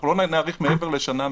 לא נאריך מעבר לשנה,